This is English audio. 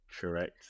Correct